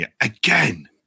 again